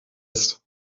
ist